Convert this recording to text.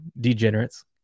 degenerates